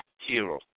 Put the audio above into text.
hero